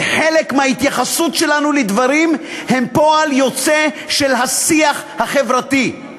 וחלק מההתייחסות שלנו לדברים היא פועל יוצא של השיח החברתי.